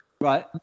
Right